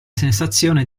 sensazione